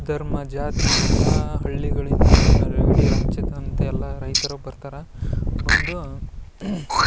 ಧರ್ಮ ಜಾತಿ ಎಲ್ಲ ಹಳ್ಳಿಗಳಿಂದಲೂ ಇಡೀ ರಾಜ್ಯಾದ್ಯಂತ ಎಲ್ಲ ರೈತರು ಬರ್ತಾರ ಬಂದು